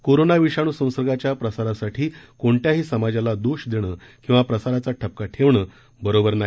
corona विषाणू संसर्गाच्या प्रसारासाठी कोणत्याही समाजाला दोष देणं किंवा प्रसाराचा ठपका ठेवणे बरोबर नाही